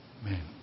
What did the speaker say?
amen